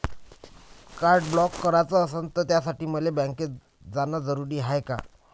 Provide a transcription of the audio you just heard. Card block कराच असनं त त्यासाठी मले बँकेत जानं जरुरी हाय का?